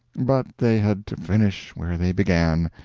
but they had to finish where they began,